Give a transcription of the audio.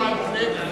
הבעיה,